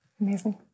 Amazing